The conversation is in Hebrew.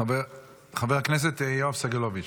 חבר הכנסת יואב סגלוביץ'.